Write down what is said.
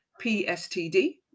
PSTD